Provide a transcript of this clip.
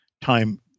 time